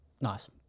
Nice